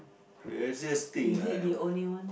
craziest thing ah I ever